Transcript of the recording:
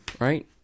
right